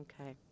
Okay